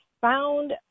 found